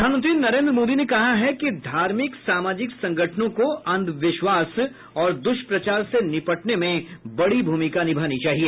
प्रधानमंत्री नरेन्द्र मोदी ने कहा है कि धार्मिक सामाजिक संगठनों को अंधविश्वास और द्रष्प्रचार से निपटने में बड़ी भूमिका निभानी चाहिए